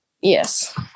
Yes